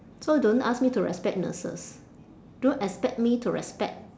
so don't ask me to respect nurses don't expect me to respect